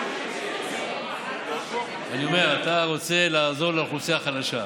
אני אומר, אתה רוצה לעזור לאוכלוסייה החלשה.